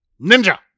Ninja